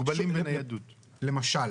למשל